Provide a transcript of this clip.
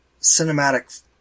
cinematic